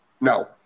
no